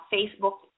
Facebook